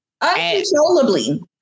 uncontrollably